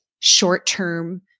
short-term